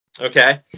Okay